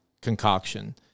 concoction